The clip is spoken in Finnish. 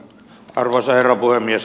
arvoisa herra puhemies